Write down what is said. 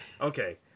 okay